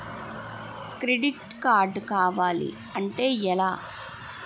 Credit card కావాలి అంటే ఎలా?